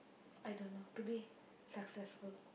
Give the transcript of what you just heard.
I don't know to be successful